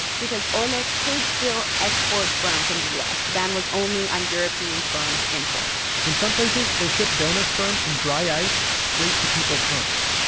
because ole could still export sperm from the u s. the ban was only on european sperm imports in some places, they shipped donor sperm in dry ice straight to people's homes.